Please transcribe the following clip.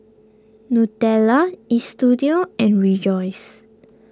Nutella Istudio and Rejoice